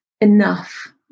enough